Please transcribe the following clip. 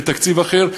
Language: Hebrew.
ותקציב אחר,